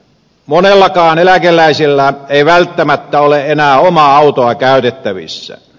monellakaan eläkeläisellä ei välttämättä ole enää omaa autoa käytettävissä